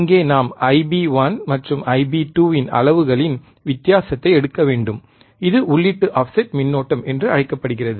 இங்கே நாம் Ib1 மற்றும் Ib2 இன் அளவுகளின் வித்தியாசத்தை எடுக்க வேண்டும் இது உள்ளீட்டு ஆஃப்செட் மின்னோட்டம் என்று அழைக்கப்படுகிறது